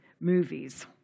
movies